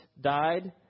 died